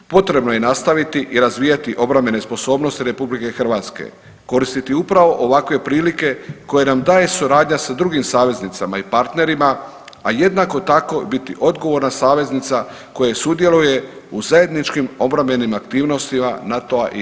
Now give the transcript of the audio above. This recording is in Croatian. Potrebno je nastaviti i razvijati obrambene sposobnosti RH, koristiti upravo ovakve prilike koje nam daje suradnja sa drugim saveznicama i partnerima, a jednako tako biti odgovorna savjetnica koja sudjeluje u zajedničkim obrambenim aktivnostima NATO-a i EU.